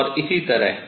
और इसी तरह